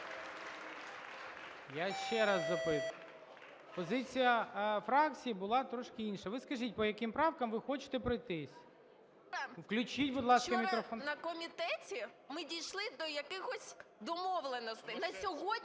Я ще раз запитую. Позиція фракції була трошки інша. Ви скажіть, по яким правкам ви хочете пройтись? Включіть, будь ласка, мікрофон. 18:02:04 СКОРОХОД А.К. Вчора на комітеті ми дійшли до якихось домовленостей.